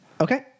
Okay